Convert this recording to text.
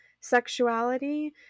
sexuality